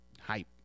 hype